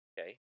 Okay